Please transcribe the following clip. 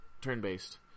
turn-based